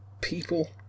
people